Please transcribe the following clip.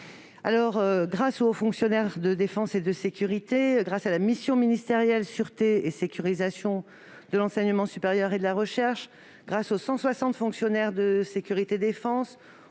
Grâce au haut fonctionnaire de défense et de sécurité, à la mission ministérielle sûreté et sécurisation de l'enseignement supérieur et de la recherche, aux 160 fonctionnaires de sécurité défense,